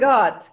God